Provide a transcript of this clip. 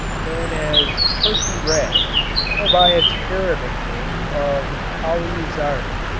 known as turkey red or by its arabic name of alizari.